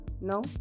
No